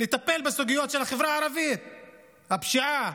שיטפלו בסוגיות של החברה הערבית, בפשיעה.